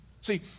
See